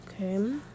Okay